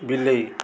ବିଲେଇ